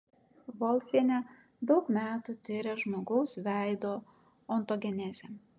volfienė daug metų tiria žmogaus veido ontogenezę